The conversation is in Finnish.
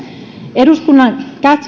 eduskunnan